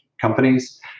companies